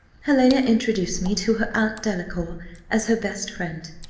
helena introduced me to her aunt delacour as her best friend.